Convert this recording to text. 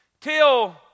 Till